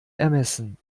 ermessen